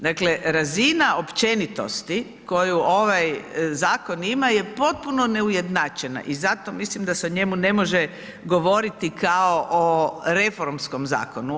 Dakle, razina općenitosti koju ovaj zakon ima je potpuno je neujednačena i zato mislim da se o njemu ne može govoriti kao o reformskom zakonu.